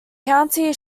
county